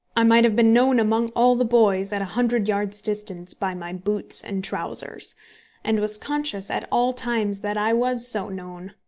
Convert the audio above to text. i might have been known among all the boys at a hundred yards' distance by my boots and trousers and was conscious at all times that i was so known.